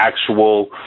actual